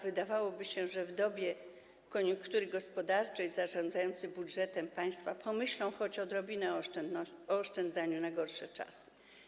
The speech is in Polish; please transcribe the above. Wydawałoby się, że w dobie koniunktury gospodarczej zarządzający budżetem państwa pomyślą choć odrobinę o oszczędzaniu na gorsze czasy.